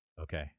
Okay